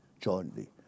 jointly